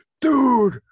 dude